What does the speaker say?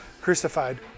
crucified